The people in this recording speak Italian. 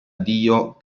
dio